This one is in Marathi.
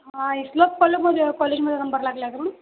हां कॉले कॉलेजमध्ये नंबर लागलाय का हा